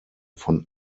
von